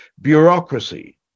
bureaucracy